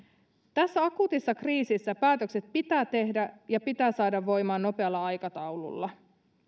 tässä akuutissa kriisissä päätökset pitää tehdä ja pitää saada voimaan nopealla aikataululla